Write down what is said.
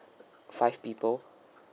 five people